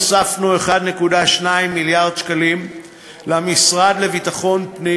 הוספנו 1.2 מיליארד שקלים למשרד לביטחון הפנים.